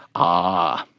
ah!